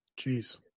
Jeez